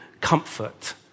comfort